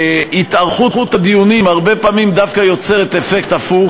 התארכות הדיונים הרבה פעמים דווקא יוצרת אפקט הפוך,